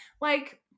Like-